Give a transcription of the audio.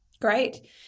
Great